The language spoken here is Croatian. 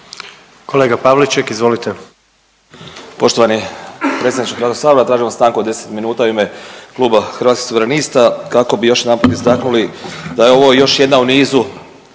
suverenisti)** Poštovani predsjedniče Hrvatskog sabora tražimo stanku od 10 minuta u ime kluba Hrvatskih suverenista kako bi još jedanput istaknuli da je ovo još jedna u nizu